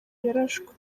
yarashwe